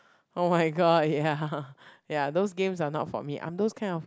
oh-my-god ya ya those games are not for me I'm those kind of